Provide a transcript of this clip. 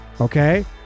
Okay